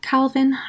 Calvin